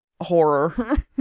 horror